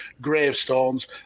gravestones